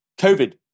COVID